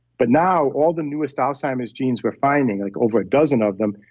but now, all the newest alzheimer's genes we're finding, like over a dozen of them,